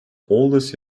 oldest